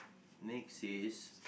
next is